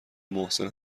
محسن